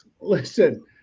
Listen